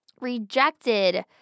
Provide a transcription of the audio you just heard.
rejected